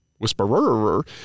Whisperer